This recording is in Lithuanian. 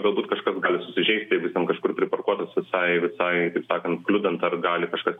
galbūt kažkas gali susižeisti jeigu jis ten kažkur pritarkuotas visai visai taip sakant kliudant ar gali kažkas